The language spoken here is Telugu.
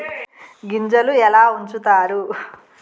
గింజలు ఎలా ఉంచుతారు?